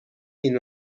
این